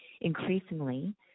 increasingly